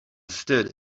stood